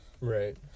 right